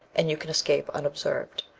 and you can escape unobserved.